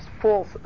false